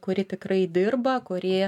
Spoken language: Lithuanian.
kuri tikrai dirba kuri